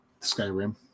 Skyrim